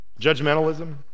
judgmentalism